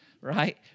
right